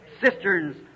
cisterns